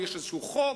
יש איזשהו חוק,